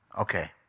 Okay